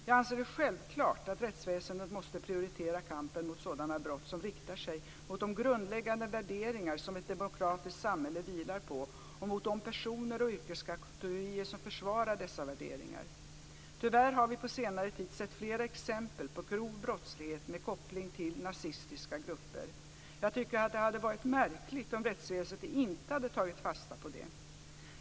Jag anser det självklart att rättsväsendet måste prioritera kampen mot sådana brott som riktar sig mot de grundläggande värderingar som ett demokratiskt samhälle vilar på och mot de personer och yrkeskategorier som försvarar dessa värderingar. Tyvärr har vi på senare tid sett flera exempel på grov brottslighet med koppling till nazistiska grupper. Jag tycker att det hade varit märkligt om rättsväsendet inte hade tagit fasta på detta.